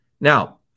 Now